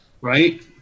Right